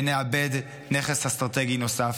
ונאבד נכס אסטרטגי נוסף.